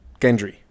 Gendry